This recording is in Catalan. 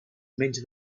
menys